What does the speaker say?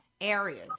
areas